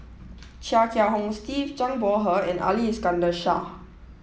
Chia Kiah Hong Steve Zhang Bohe and Ali Iskandar Shah